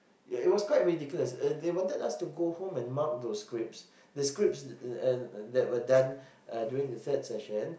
yeah it was quite ridiculous uh they wanted us to go home and mark those scripts the scripts uh that were done uh during the third session